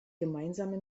gemeinsame